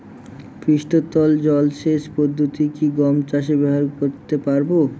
পৃষ্ঠতল জলসেচ পদ্ধতি কি গম চাষে ব্যবহার করতে পারব?